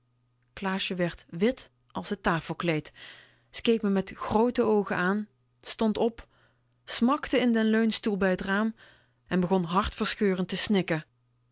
klaasje werd wit als t tafelkleed ze keek me met groote oogen aan stond op smakte in den leunstoel bij t raam begon hartverscheurend te snikken